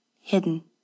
hidden